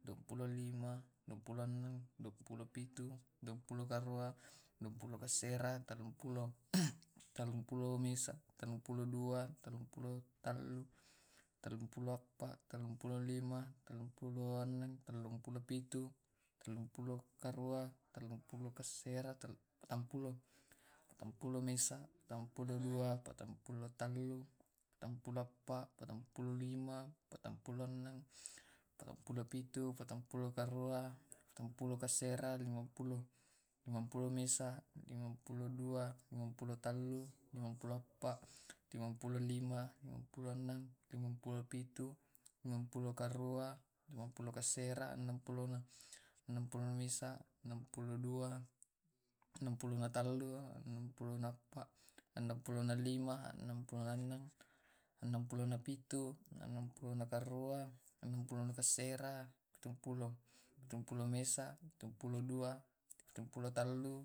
duampulo lima, duampulo annang, duampulo pitu, duampulo karua, duampulo kasera, tallumpulo, tallumpulo mesa, tallumpulo dua, tallumpulo tallu, tallimpulo appa, tallumpulo lima, tallumpulo annang, tallumpulo pitu, tallumpulo karua, tallumpulo kasera, patampulo, patampulo mesa, patampulo dua, patampula tallu, patampulo appa, patampulo lima, patampulo annang, patampulo pitu, patampulo karua, patampulo kasera, limapulo, limapulo mesa, limapulo dua, limapulo tallu, limapulo appa, limapulo lima, limapulo annang, limapulo pitu, limapulo karua, limapulo kasera, anangpulo, anangpulo mesa, anangpulo dua, anangpulo tallu, anangpulo appa, anangpulo lima, anangpulo annang, anangpulo pitu, anangpulo karua, anangpulo kasera, pitompulo, pitompulo mesa, pitompulo dua, pitompulo tallu.